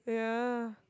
yeah